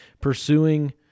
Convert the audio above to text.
pursuing